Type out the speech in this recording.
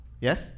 Yes